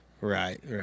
Right